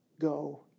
go